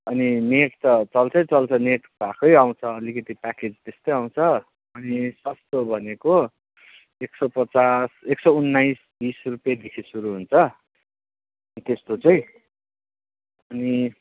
अनि नेट त चल्छै चल्छ नेट भएकै आउँछ अलिकति प्याकेज त्यस्तै आउँछ अनि सस्तो भनेको एक सौ पचास एक सौ उन्नाइस बिस रुपियाँदेखि सुरु हुन्छ त्यस्तो चाहिँ अनि